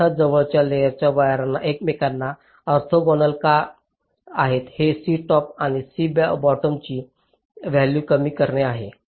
आता जवळच्या layer wires एकमेकांना ऑर्थोगोनल का आहेत हे C टॉप आणि C बॉटमची व्हॅल्यू कमी करणे आहे